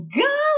go